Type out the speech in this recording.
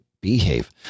behave